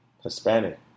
Hispanic